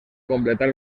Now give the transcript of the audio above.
completar